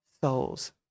souls